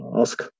ask